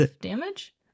damage